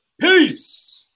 Peace